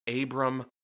Abram